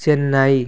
Chennai